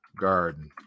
garden